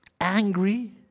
angry